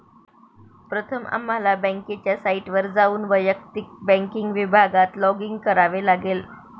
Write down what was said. प्रथम आम्हाला बँकेच्या साइटवर जाऊन वैयक्तिक बँकिंग विभागात लॉगिन करावे लागेल